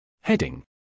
Heading